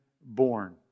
born